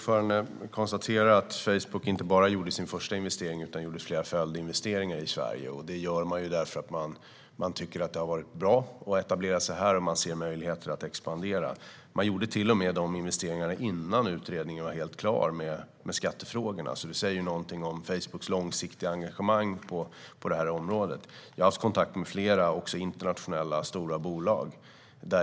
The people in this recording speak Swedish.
Herr talman! Facebook har inte bara gjort sin första investering utan dessutom flera följdinvesteringar i Sverige. Det gör man för att man tycker att det har varit bra att etablera sig här och man ser möjligheter att expandera. Man gjorde till och med de investeringarna innan utredningen av skattefrågorna var helt klar. Detta säger något om Facebooks långsiktiga engagemang på det här området. Jag har haft kontakt med flera, också internationella, stora bolag.